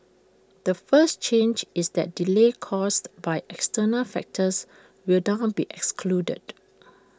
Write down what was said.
the first change is that delays caused by external factors will down be excluded